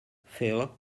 phil